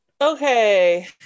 Okay